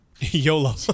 Yolo